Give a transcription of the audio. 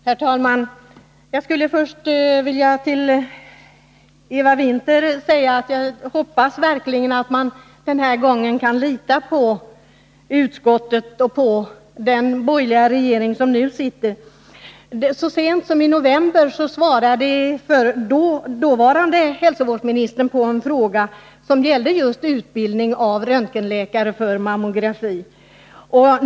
Herr talman! Jag skulle först vilja säga till Eva Winther att jag verkligen hoppas att man den här gången kan lita på utskottet och på den borgerliga regering som nu sitter. Så sent som i november svarade dåvarande hälsovårdsministern på en fråga som gällde just utbildning av röntgenläkare för mammografi.